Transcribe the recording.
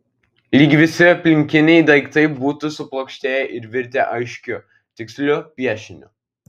lyg visi aplinkiniai daiktai būtų suplokštėję ir virtę aiškiu tiksliu piešiniu